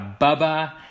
Bubba